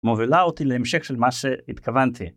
מובילה אותי להמשך של מה שהתכוונתי.